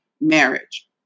marriage